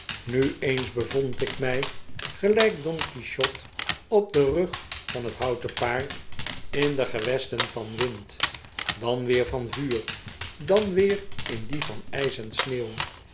nu eens bevond ik mij gelijk don quixote op den rug van t houten paard in de gewesten van wind dan weer van vuur dan weer in die van ijs en sneeuw